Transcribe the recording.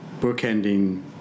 bookending